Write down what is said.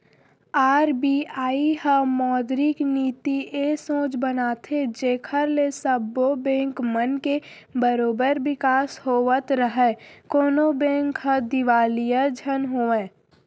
RBI ह मौद्रिक नीति ए सोच बनाथे जेखर ले सब्बो बेंक मन के बरोबर बिकास होवत राहय कोनो बेंक ह दिवालिया झन होवय